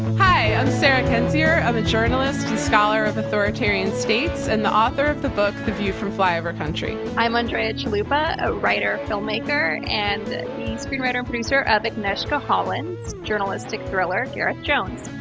hi! i'm sarah kendzior. i'm a journalist and scholar of authoritarian states and the author of the book the view from flyover country. i'm andrea chalupa, a writer-filmmaker, and and the screenwriter and producer of agnieszka holland's journalistic thriller gareth jones.